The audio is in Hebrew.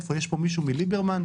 יש פה מישהו מליברמן?